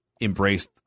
embraced